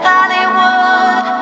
Hollywood